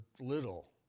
little